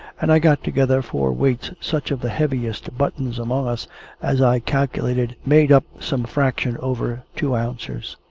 and i got together for weights such of the heaviest buttons among us as i calculated made up some fraction over two ounces.